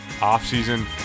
off-season